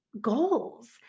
goals